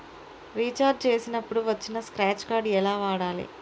Recharge చేసినప్పుడు వచ్చిన scratch card ఎలా వాడాలి?